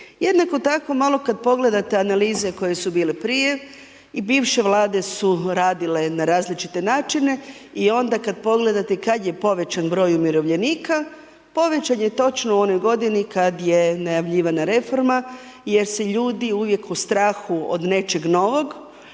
Jednako tako malo kad pogledate analize koje su bile prije i bivše vlade su radile na različite načine i onda kad pogledate kad je povećan broj umirovljenika, povećan je točno u onoj godini kad je najavljivana reforma jer se ljudi uvijek u strahu od nečeg novog